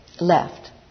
left